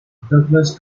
douglas